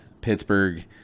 Pittsburgh